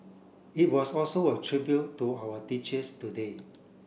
it was also a tribute to our teachers today